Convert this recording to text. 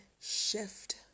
shift